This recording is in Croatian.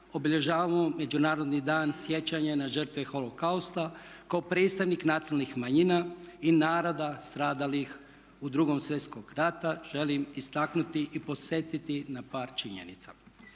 obilježavamo Međunarodni dan sjećanja na žrtve Holokausta, kao predstavnik nacionalnih manjina i naroda stradalih u Drugom svjetskom ratu želim istaknuti i podsjetiti na par činjenica.